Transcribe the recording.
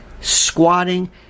squatting